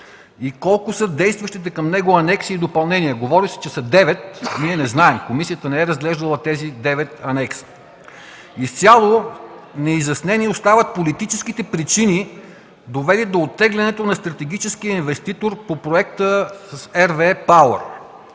и колко са действащите към момента анекси и допълнения. Говори се, че са девет, но ние не знаем – комисията не е разгледала тези девет анекса. Изцяло неизяснени остават политическите причини, довели до оттеглянето на стратегическия инвеститор по проекта с „RWE Пауър”.